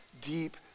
deep